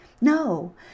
No